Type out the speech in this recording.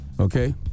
Okay